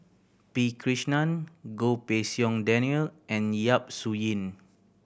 P Krishnan Goh Pei Siong Daniel and Yap Su Yin